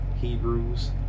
Hebrews